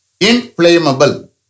Inflammable